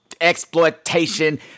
exploitation